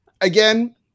again